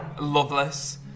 Loveless